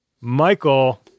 Michael